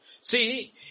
See